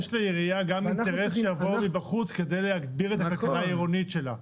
יש לעירייה גם אינטרס שיבואו מבחוץ כדי להגביר את התקנה העירונית שלה.